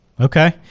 Okay